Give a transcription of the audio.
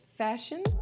fashion